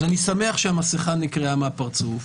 אז אני שמח שהמסכה נקרעה מהפרצוף,